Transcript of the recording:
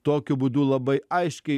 tokiu būdu labai aiškiai